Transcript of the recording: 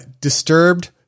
Disturbed